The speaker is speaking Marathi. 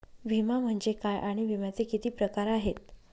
विमा म्हणजे काय आणि विम्याचे किती प्रकार आहेत?